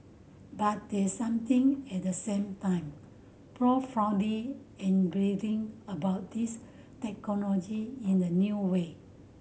but there's something at the same time enabling about these technology in a new way